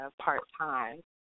part-time